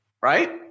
Right